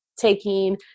taking